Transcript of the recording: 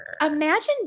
imagine